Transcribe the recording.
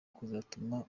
kuzatuma